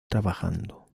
trabajando